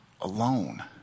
alone